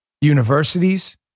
universities